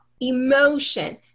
emotion